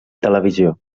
televisió